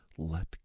let